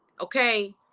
okay